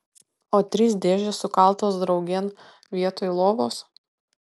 o trys dėžės sukaltos draugėn vietoj lovos